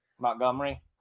Montgomery